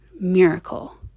miracle